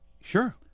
Sure